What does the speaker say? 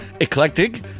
Eclectic